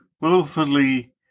willfully